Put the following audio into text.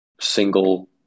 single